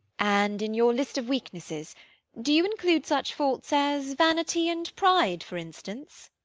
and in your list of weaknesses do you include such faults as vanity and pride, for instance?